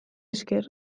esker